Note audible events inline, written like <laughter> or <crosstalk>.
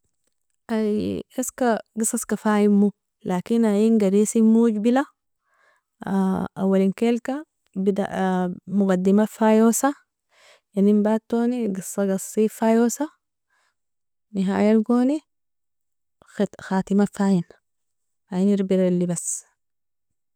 Ay iska gisiska faimo lakin ein garesen mojbila, awalinkelka <hesitation> mogadima faiosa, inenbatoni gisaga asi faiosa nihayalgoni <hesitation> khatima faina ein irbirali bas.